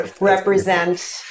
represent